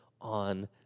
on